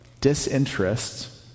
disinterest